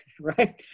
right